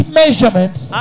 measurements